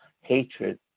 hatred